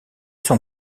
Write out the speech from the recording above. son